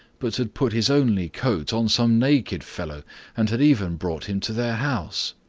but had put his only coat on some naked fellow and had even brought him to their house.